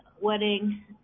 wedding